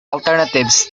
alternatives